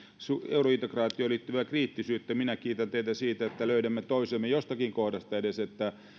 eurointegraatioon liittyvää kriittisyyttä minä kiitän teitä siitä että löydämme toisemme edes jostakin kohdasta että